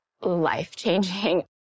life-changing